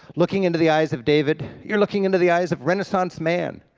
looking into the eyes of david, you're looking into the eyes of renaissance man,